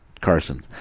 Carson